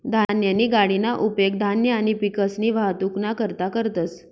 धान्यनी गाडीना उपेग धान्य आणि पिकसनी वाहतुकना करता करतंस